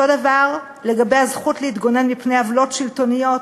אותו דבר לגבי הזכות להתגונן מפני עוולות שלטוניות.